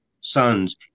sons